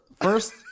first